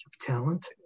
talent